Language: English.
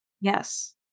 Yes